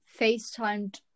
FaceTimed